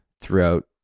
throughout